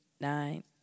nine